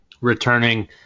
returning